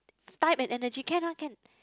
time and energy can lah can